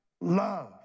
love